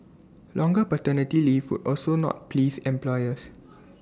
longer paternity leave would also not please employers